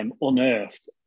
unearthed